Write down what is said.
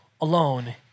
alone